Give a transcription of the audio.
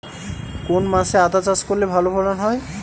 কোন মাসে আদা চাষ করলে ভালো ফলন হয়?